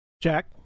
Jack